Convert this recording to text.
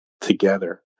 together